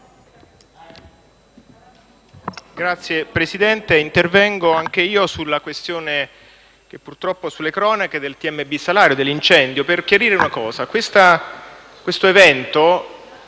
Signor Presidente, intervengo anche io sulla questione e, purtroppo, sulle cronache relative al TMB Salario, all'incendio, per chiarire una cosa. Questo evento